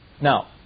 Now